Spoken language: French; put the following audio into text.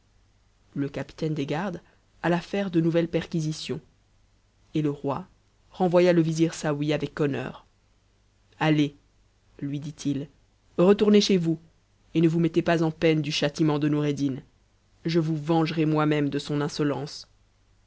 le capitaine des gardes alla faire de nouvelles perquisitions et le roi renvoya le vizir saouy avec honneur allez lui dit-il retournez chez vous et ne vous mettez pas en peine du châtiment de noureddin je vous vengerai moi-même de son insolence